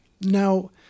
now